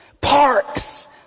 Parks